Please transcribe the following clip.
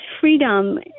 freedom